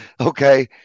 Okay